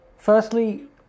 Firstly